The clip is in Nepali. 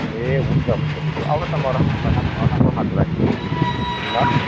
ए हुन्छ हुन्छ त्यसो आउनुहोस् न म राम्रो राम्रो मासु राखिदिन्छु ल